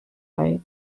fight